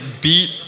beat